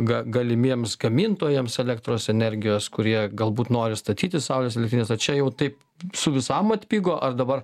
ga galimiems gamintojams elektros energijos kurie galbūt nori statyti saulės elektrines ar čia jau taip su visam atpigo ar dabar